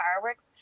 fireworks